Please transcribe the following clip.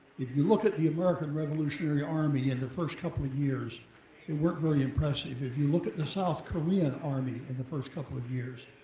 if you look at the american revolutionary army in the first couple of years, they and weren't really impressive. if you look at the south korean army in the first couple of years,